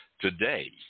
today